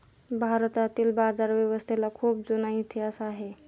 भारतातील बाजारव्यवस्थेला खूप जुना इतिहास आहे